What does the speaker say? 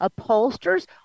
upholsters